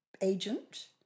agent